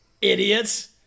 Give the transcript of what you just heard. Idiots